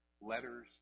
Letters